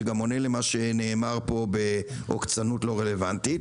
שגם עונה למה שנאמר פה בעוקצנות לא רלוונטית,